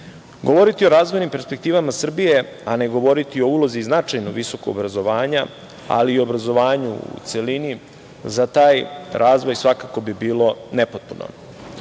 često. Govoriti o razvojnim perspektivama Srbije, a ne govoriti o ulozi i značaju visokog obrazovanja, ali i o obrazovanju u celini za taj razvoj svakako bi bilo nepotpuno.